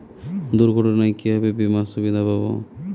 দুর্ঘটনায় কিভাবে বিমার সুবিধা পাব?